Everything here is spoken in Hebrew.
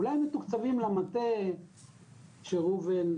אולי הם מתוקצבים למטה של ראובן,